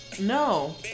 no